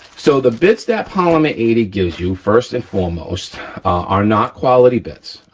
so the bit that polymer eighty gives you first and foremost are not quality bit,